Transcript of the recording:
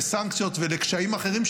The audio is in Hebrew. לסנקציות ולקשיים אחרים,